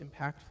impactful